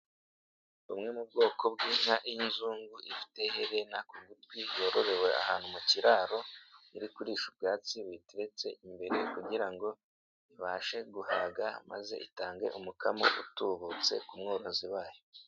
Bumwe mu bwoko bw'inka y'inzungu ifite iherena kutwi, yororewe ahantu mu kiraro, iri kurisha ubwatsi buyiteretse imbere kugira ngo ibashe guhaga maze itange umukamo utubutse ku mworozi wayo.